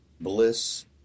bliss